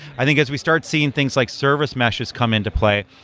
i think as we start seeing things like service meshes come into play,